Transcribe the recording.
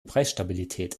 preisstabilität